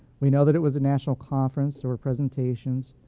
we know that it was a national conference, there were presentations.